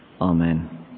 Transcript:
Amen